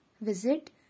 visit